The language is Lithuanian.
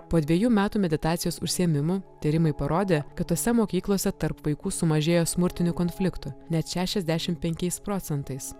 po dvejų metų meditacijos užsiėmimų tyrimai parodė kad tose mokyklose tarp vaikų sumažėjo smurtinių konfliktų net šešiasdešimt penkiais procentais